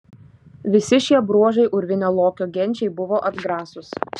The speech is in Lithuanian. visi šie bruožai urvinio lokio genčiai buvo atgrasūs